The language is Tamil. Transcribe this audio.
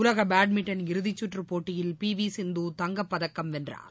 உலக பேட்மிண்டன் இறுதிச்சுற்றுப் போட்டியில் பி வி சிந்து தங்கப்பதக்கம் வென்றார்